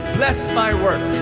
bless my work.